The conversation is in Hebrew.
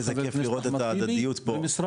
טיבי ומשרד --- איזה כיף לראות את ההדדיות פה,